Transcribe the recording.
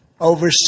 Over